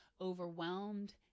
overwhelmed